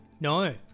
no